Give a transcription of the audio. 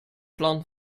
plan